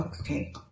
Okay